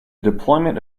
deployment